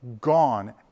gone